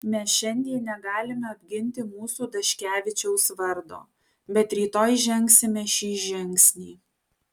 mes šiandien negalime apginti mūsų daškevičiaus vardo bet rytoj žengsime šį žingsnį